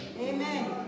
Amen